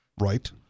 right